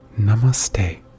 Namaste